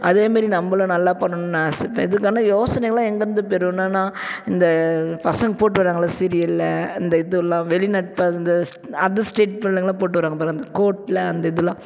அதே மாரி நம்மளும் நல்லா பண்ணணும்னு ஆசை இதுக்கு ஆனால் யோசனைலாம் எங்கேயிருந்து பெறுணுனா நான் இந்த பசங்கள் போட்டு வர்றாங்கள்ல சீரியலில் இந்த இதுலாம் வெளிநாட்டில் இருந்து அதர் ஸ்டேட் பிள்ளைங்கள்லாம் போட்டு வர்றாங்க பாருங்கள் அந்த கோட்டு அந்த இதலாம்